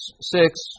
six